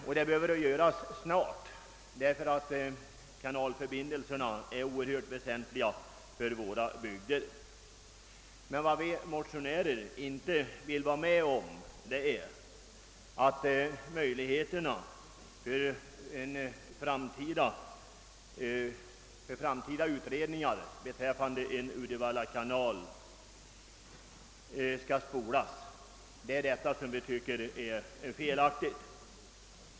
Dessa behöver vidtas snart då kanalförbindelserna är oerhört väsentliga för våra bygder. Vi motionärer anser att det är felaktigt att möjligheterna för framtida utredningar beträffande Uddevalla kanal skall spolieras.